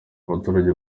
abaturage